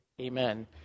amen